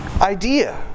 idea